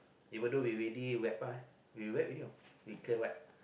even though we ready wrap up we wrap already you know we clear wrap